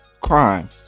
crime